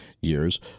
years